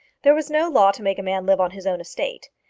there was no law to make a man live on his own estate.